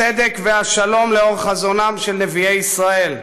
הצדק והשלום לאור חזונם של נביאי ישראל,